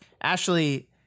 Ashley